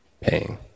paying